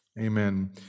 Amen